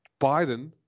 Biden